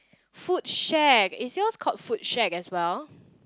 food shack is yours called food shack as well